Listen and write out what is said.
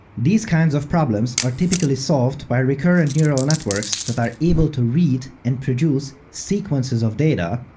these kinds of problems are typically solved by recurrent neural networks that are able to read and produce sequences of data,